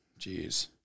Jeez